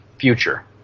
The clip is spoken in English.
future